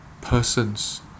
persons